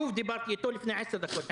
שוב דיברתי אתו לפני עשר דקות.